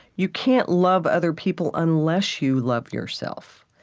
you can't love other people unless you love yourself.